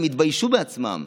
הם יתביישו בעצמם,